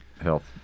Health